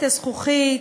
את הזכוכית,